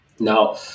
Now